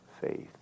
faith